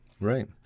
right